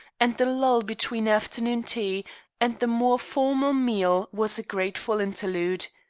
and the lull between afternoon tea and the more formal meal was a grateful interlude.